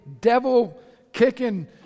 devil-kicking